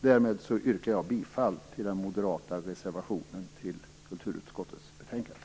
Därmed yrkar jag bifall till den moderata reservationen till kulturutskottets betänkande.